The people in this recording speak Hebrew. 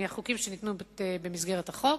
מהחוקים שניתנו במסגרת החוק,